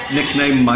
Nickname